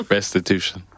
Restitution